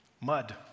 Mud